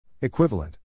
Equivalent